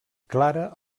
clara